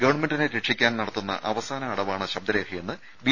ഗവൺമെന്റിനെ രക്ഷിക്കാൻ നടത്തുന്ന അവസാന അടവാണ് ശബ്ദരേഖയെന്ന് ബി